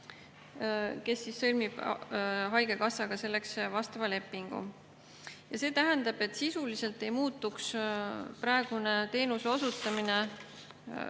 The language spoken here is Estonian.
kes sõlmib haigekassaga selleks vastava lepingu. See tähendab, et sisuliselt ei muutuks praegune teenuse osutamine mingil